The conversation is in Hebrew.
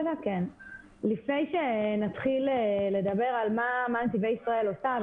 לפני שנתחיל לדבר על מה נתיבי ישראל עושה,